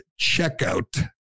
checkout